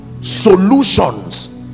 solutions